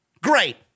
Great